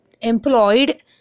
employed